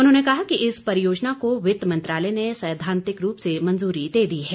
उन्होंने कहा कि इस परियोजना को वित्त मंत्रालय ने सैद्वान्तिक रूप से मंजूरी दे दी है